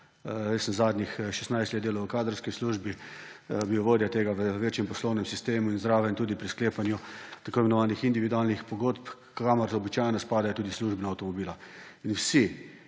let sem delal v kadrovski službi, bil vodja tega v večjem poslovnem sistemu in zraven tudi pri sklepanju tako imenovanih individualnih pogodb, kamor običajno spadajo tudi službeni avtomobili. In